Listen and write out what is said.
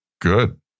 Good